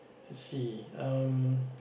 let's see um